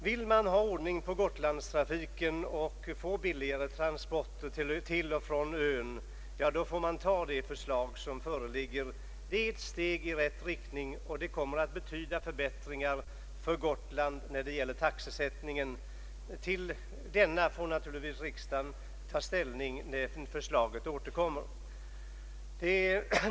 Vill man ha ordning på Gotlandstrafiken och få billigare transporter till och från ön, får man ta det förslag som föreligger. Det är ett steg i rätt riktning, och det kommer att betyda förbättringar för Gotland när det gäller taxesättningen. Till denna får naturligtvis riksdagen ta ställning när förslaget återkommer.